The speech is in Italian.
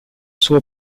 sua